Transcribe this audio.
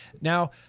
Now